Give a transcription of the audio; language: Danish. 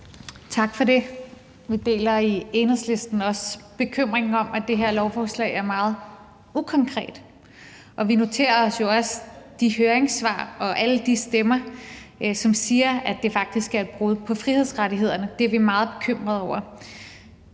Tak for det. Vi deler i Enhedslisten også bekymringen om, at det her lovforslag er meget ukonkret, og vi noterer os jo også de høringssvar og alle de stemmer, som siger, at det faktisk er et brud på frihedsrettighederne. Det er vi meget bekymrede over.